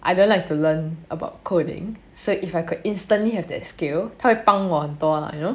I don't like to learn about coding so if I can instantly have that skill 它会帮我很多 lah you know